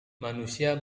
manusia